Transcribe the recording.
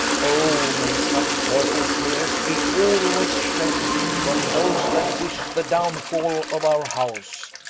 o may such purple teares be alway shed from those that wish the downfall of our house.